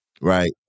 right